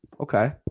Okay